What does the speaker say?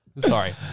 Sorry